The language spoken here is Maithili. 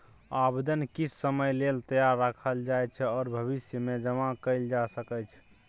आबेदन किछ समय लेल तैयार राखल जाइ छै आर भविष्यमे जमा कएल जा सकै छै